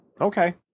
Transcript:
Okay